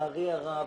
לצערי הרב